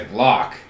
lock